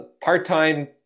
part-time